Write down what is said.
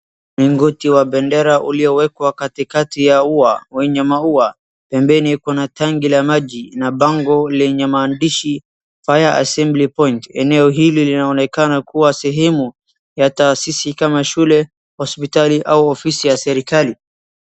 Mlingoti wa bendera uliowekwa katikati ya uwa wenye mauwa bembeni kuna tangi la maji na bango lenye maandishi fire assembley point Eneo hili linaonekana kua sehemu ya taasisi kama shule, hospitali ama ofisi ya serikali.